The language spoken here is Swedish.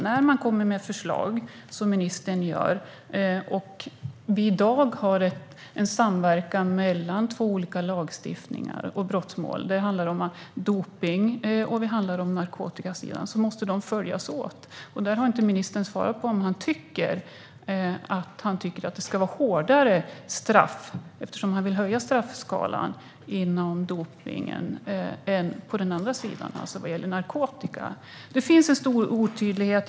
När man, som ministern, kommer med förslag och det finns en samverkan mellan två olika lagstiftningar - det handlar om dopning och narkotika - måste dessa följas åt. Ministern har inte svarat på frågan om han tycker att det ska vara hårdare straff eftersom han vill höja straffskalan för narkotikabrott. Det finns en stor otydlighet.